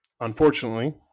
Unfortunately